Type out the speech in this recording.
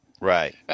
Right